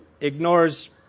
ignores